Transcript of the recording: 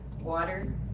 water